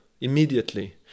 immediately